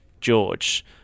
George